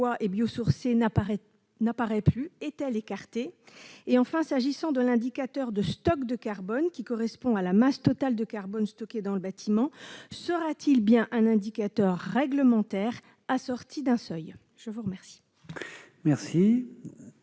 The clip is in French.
et biosourcés n'apparaît plus : est-elle écartée ? La seconde concerne l'indicateur de stock de carbone, qui correspond à la masse totale de carbone stockée dans le bâtiment : sera-t-il bien un indicateur réglementaire, assorti d'un seuil ? La parole est à M.